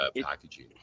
packaging